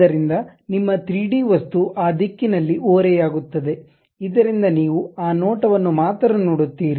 ಆದ್ದರಿಂದ ನಿಮ್ಮ 3ಡಿ ವಸ್ತು ಆ ದಿಕ್ಕಿನಲ್ಲಿ ಓರೆಯಾಗುತ್ತದೆ ಇದರಿಂದ ನೀವು ಆ ನೋಟವನ್ನು ಮಾತ್ರ ನೋಡುತ್ತೀರಿ